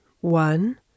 One